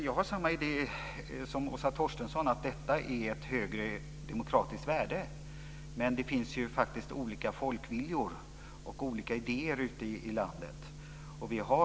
Jag är av samma åsikt som Åsa Torstensson, att detta har ett högt demokratiskt värde. Men det finns faktiskt olika folkviljor och olika idéer ute i landet.